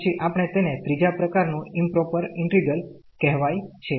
પછી આપણે તેને ત્રીજા પ્રકારનું ઈમપ્રોપર ઇન્ટિગ્રલ કહેવાય છે